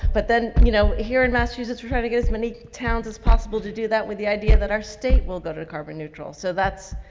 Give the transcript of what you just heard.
but then, you know, here in massachusetts, we're trying to get as many towns as possible to do that with the idea that our state will go to the carbon neutral. so that's,